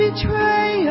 Betray